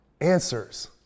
answers